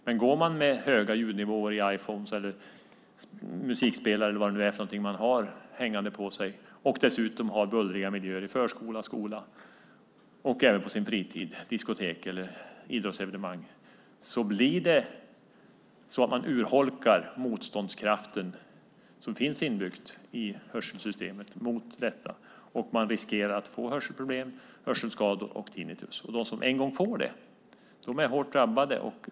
Men om man går med höga ljudnivåer i Iphones eller musikspelare och dessutom har bullriga miljöer i förskolan, i skolan och även på fritiden urholkas motståndskraften i hörselsystemet och man riskerar att få hörselproblem, hörselskador och tinnitus. De som en gång får det blir hårt drabbade.